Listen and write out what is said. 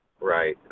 Right